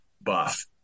buff